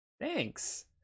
Thanks